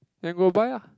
then go buy ah